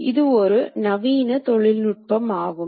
எனவேதான் இயந்திரத்தின் உதவி தேவைப்படுகிறது